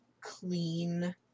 clean